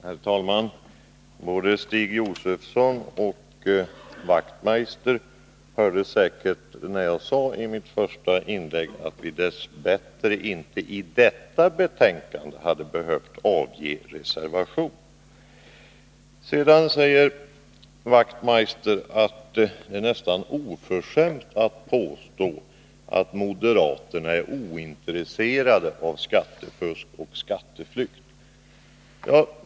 Herr talman! Både Stig Josefson och Knut Wachtmeister hörde säkert när jag i mitt första inlägg sade att vi dess bättre inte i detta betänkande hade behövt avge någon reservation. Sedan säger Knut Wachtmeister att det nästan är oförskämt att påstå att moderaterna är ointresserade av skattefusk och skatteflykt.